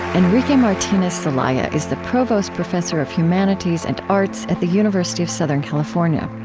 enrique martinez celaya is the provost professor of humanities and arts at the university of southern california.